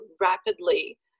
rapidly